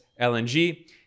LNG